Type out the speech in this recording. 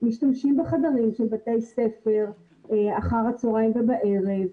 משתמשים בחדרים של בתי ספר אחר הצהריים ובערב.